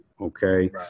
Okay